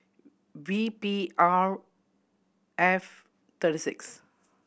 V P R F three six